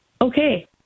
Okay